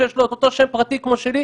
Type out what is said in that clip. שיש לו את אותו שם פרטי כמו שלי,